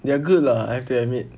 they're good lah I have to admit